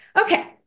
okay